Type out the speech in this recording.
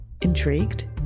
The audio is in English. Intrigued